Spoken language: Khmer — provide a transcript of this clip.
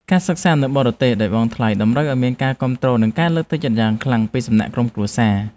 ការសិក្សានៅបរទេសដោយបង់ថ្លៃតម្រូវឱ្យមានការគាំទ្រនិងការលើកទឹកចិត្តយ៉ាងខ្លាំងពីសំណាក់ក្រុមគ្រួសារ។